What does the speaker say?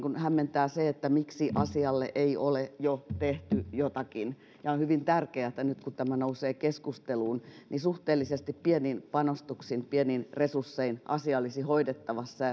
hämmentää se miksi asialle ei ole jo tehty jotakin on hyvin tärkeätä ja oletankin että nyt kun tämä nousee keskusteluun ja kun suhteellisesti pienin panostuksin pienin resurssein asia olisi hoidettavissa